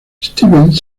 stevens